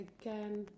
again